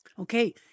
Okay